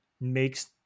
makes